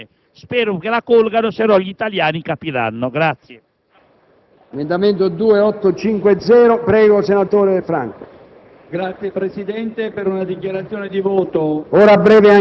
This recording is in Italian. **Il Senato non approva.**